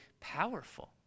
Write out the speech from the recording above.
Powerful